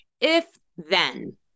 If-then